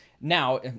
Now